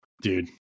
dude